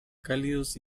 cálidos